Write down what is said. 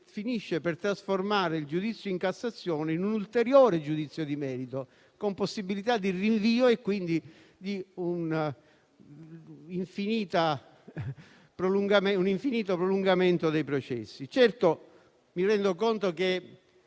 finisce per trasformare il giudizio in Cassazione in un ulteriore giudizio di merito, con possibilità di rinvio e, quindi, di un infinito prolungamento dei processi. Certo, mi rendo conto che